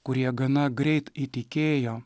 kurie gana greit įtikėjo